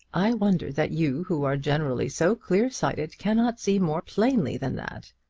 i wonder that you, who are generally so clear-sighted, cannot see more plainly than that.